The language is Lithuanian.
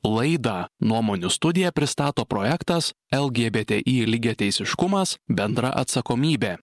laidą nuomonių studija pristato projektas lgbti lygiateisiškumas bendra atsakomybė